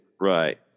Right